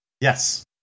Yes